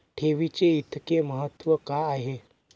ठेवीचे इतके महत्व का आहे?